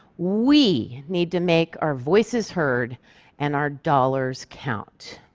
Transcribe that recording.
we need to make our voices heard and our dollars count.